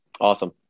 awesome